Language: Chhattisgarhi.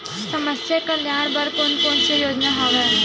समस्या कल्याण बर कोन कोन से योजना हवय?